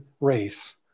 race